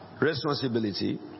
responsibility